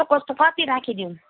कस्तो कस्तो कति राखिदिउँ